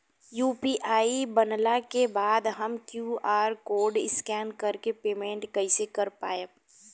UPI बनला के बाद हम क्यू.आर कोड स्कैन कर के पेमेंट कइसे कर पाएम?